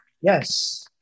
yes